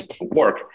work